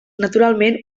naturalment